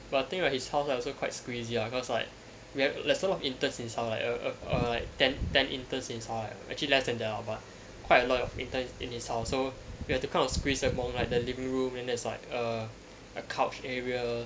but the thing right his house right also quite squeezy ah cause like we have like some of the interns in his house like uh uh err like ten ten interns in his house right actually less than that lah but quite a lot of interns in his house so we had to kind of squeeze among the living room and then there is like a couch area